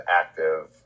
active